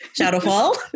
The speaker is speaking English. Shadowfall